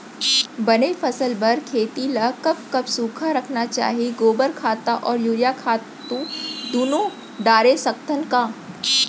बने फसल बर खेती ल कब कब सूखा रखना चाही, गोबर खत्ता और यूरिया खातू दूनो डारे सकथन का?